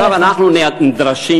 ועכשיו אנחנו נדרשים,